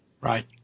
Right